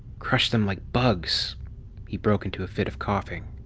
crush them like bugs he broke into a fit of coughing.